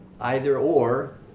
either-or